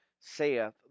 saith